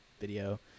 video